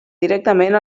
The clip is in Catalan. directament